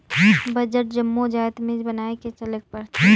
budget जम्मो जाएत में बनाए के चलेक परथे